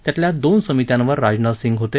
त्यातल्या दोन समित्यांवर राजनाथ सिंग होते